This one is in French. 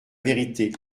vérité